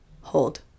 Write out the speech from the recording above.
hold